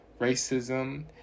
racism